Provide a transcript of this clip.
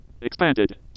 expanded